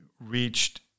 reached